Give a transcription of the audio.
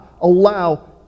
allow